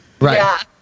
right